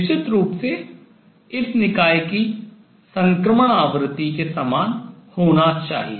निश्चित रूप से इसे निकाय की संक्रमण आवृत्ति के समान होना चाहिए